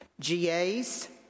GAs